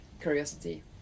curiosity